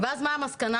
ואז מה המסקנה